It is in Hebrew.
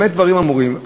במה הדברים אמורים?